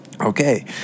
Okay